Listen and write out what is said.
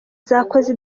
zakoze